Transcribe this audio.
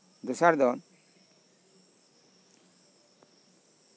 ᱫᱚᱥᱟᱨ ᱫᱚ